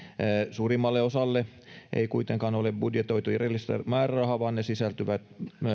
suurimmalle osalle ei kuitenkaan ole budjetoitu erillistä määrärahaa vaan ne sisältyvät